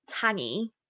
tangy